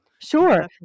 Sure